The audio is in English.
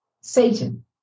Satan